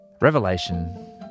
Revelation